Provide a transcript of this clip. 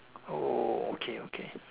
oh okay okay